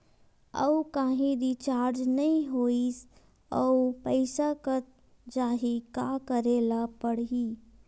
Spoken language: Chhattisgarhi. आऊ कहीं रिचार्ज नई होइस आऊ पईसा कत जहीं का करेला पढाही?